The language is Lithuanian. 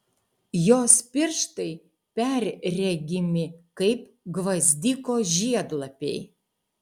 jos pirštai perregimi kaip gvazdiko žiedlapiai